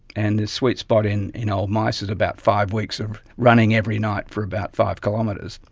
and this sweet spot in in old mice is about five weeks of running every night for about five kilometres.